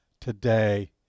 today